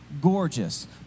gorgeous